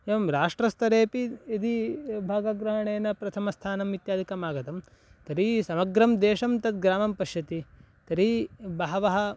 एवं राष्ट्रस्तरेपि यदि भागग्रहणेन प्रथमस्थानम् इत्यादिकम् आगतं तर्हि समग्रं देशं तद्ग्रामं पश्यति तर्हि बहवः